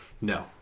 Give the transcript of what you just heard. No